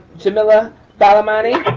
jamella balmani.